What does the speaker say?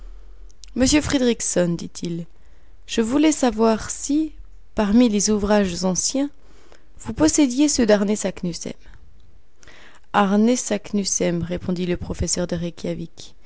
monsieur fridriksson dit-il je voulais savoir si parmi les ouvrages anciens vous possédiez ceux d'arne saknussemm arne saknussemm répondit le professeur de reykjawik